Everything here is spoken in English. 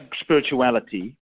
spirituality